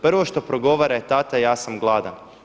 Prvo što progovara je tata ja sam gladan.